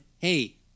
hey